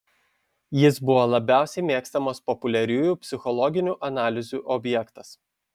jis buvo labiausiai mėgstamas populiariųjų psichologinių analizių objektas